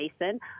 Mason